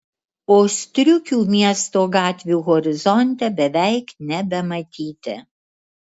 o striukių miesto gatvių horizonte beveik nebematyti